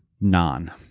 non